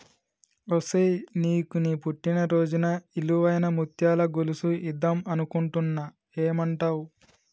ఒసేయ్ నీకు నీ పుట్టిన రోజున ఇలువైన ముత్యాల గొలుసు ఇద్దం అనుకుంటున్న ఏమంటావ్